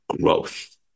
growth